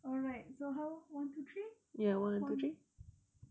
alright so how one two three one